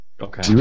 Okay